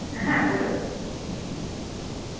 হ্যাঁ বলুন